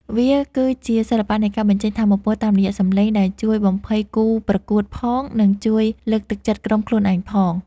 វាគឺជាសិល្បៈនៃការបញ្ចេញថាមពលតាមរយៈសំឡេង ដែលជួយបំភ័យគូប្រកួតផង និងជួយលើកទឹកចិត្តក្រុមខ្លួនឯងផង។